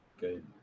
Good